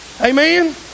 Amen